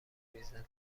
میزدن